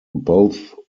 both